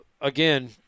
again